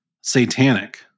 satanic